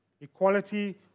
equality